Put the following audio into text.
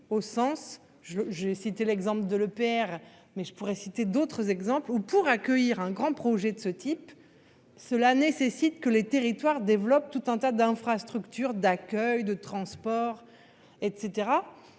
au sens je j'ai cité l'exemple de l'EPR. Mais je pourrais citer d'autres exemples où pour accueillir un grand projet de ce type. Cela nécessite que les territoires développe tout un tas d'infrastructures d'accueil de transport etc.